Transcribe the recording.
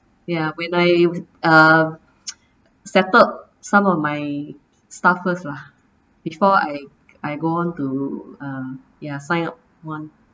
ya when I uh settled some of my stuff first lah before I I go on to sign up one